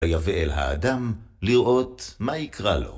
ויבא אל האדם לראות מה יקרא לו.